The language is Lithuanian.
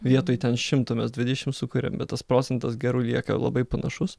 vietoj ten šimto mes dvidešim sukuriam bet tas procentas gerų lieka labai panašus